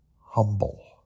humble